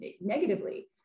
negatively